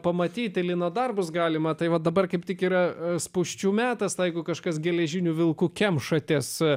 pamatyti lino darbus galima tai va dabar kaip tik yra spūsčių metas laikų kažkas geležiniu vilku kemša tiesa